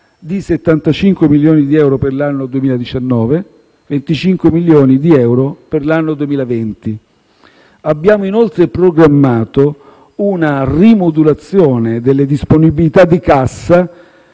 di 75 milioni di euro per l'anno 2019 e di 25 milioni di euro per l'anno 2020. Abbiamo, inoltre, programmato una rimodulazione delle disponibilità di cassa